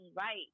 right